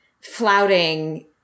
flouting